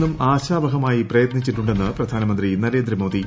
എന്നും ആശാവഹമായി പ്രയത്നിച്ചിട്ടുണ്ടെന്ന് പ്രധാനമന്ത്രി നരേന്ദ്രമോദി